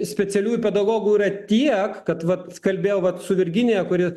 specialiųjų pedagogų yra tiek kad vat skalbėjau vat su virginija kuri